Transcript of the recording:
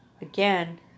again